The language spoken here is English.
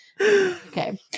Okay